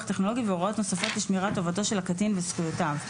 כאמור והוראות נוספות לשמירת טובתו של הקטין וזכויותיו,